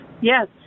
Yes